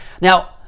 Now